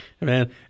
man